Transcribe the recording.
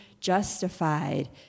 justified